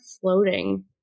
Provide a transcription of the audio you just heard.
floating